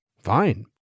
Fine